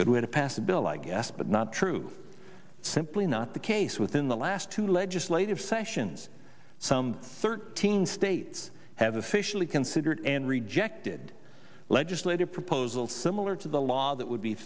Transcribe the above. good way to pass a bill i guess but not true simply not the case within the last two legislative sessions some thirteen states have officially considered and rejected legislative proposals similar to the laws that would be